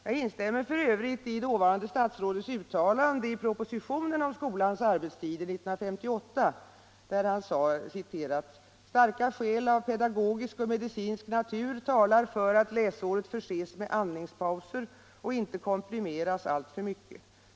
Jag instämmer f. ö. i dåvarande statsrådets uttalande i propositionen om skolans arbetstider år 1968: ”Starka skäl av pedagogisk och medicinsk natur talar för att läsåret förses med ”andningspauser och inte komprimeras för mycket.